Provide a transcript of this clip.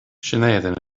dhuine